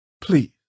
Please